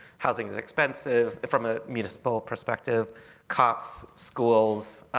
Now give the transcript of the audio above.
housing is expensive from a municipal perspective cops, schools,